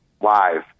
live